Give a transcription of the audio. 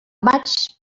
maig